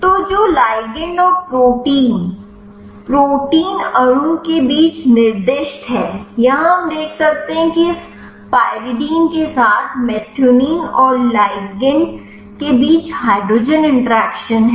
तो जो लिगंड और प्रोटीन प्रोटीन अणु के बीच निर्दिष्ट है यहां हम देख सकते हैं कि इस पाइरीडीन के साथ मेथिओनिन और लिगंड के बीच हाइड्रोजन इंटरेक्शन है